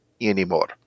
anymore